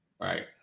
right